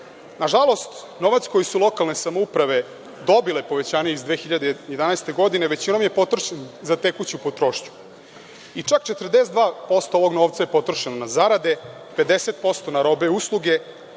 novac koji su lokalne samouprave dobile povećanjem iz 2011. godine većinom je potrošen za tekuću potrošnju. Čak 42% ovog novca je potrošeno na zarade, 50% na robe i usluge,